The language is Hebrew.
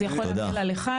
אז זה יכול להקל על אחד,